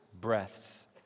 breaths